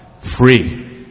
Free